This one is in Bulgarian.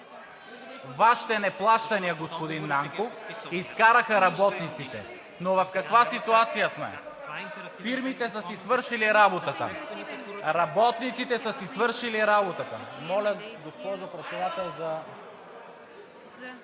Вашите неплащания, господин Нанков, изкараха работниците, но в каква ситуация сме? Фирмите са си свършили работата. Работниците са си свършили работата. (Шум и реплики от